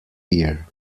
year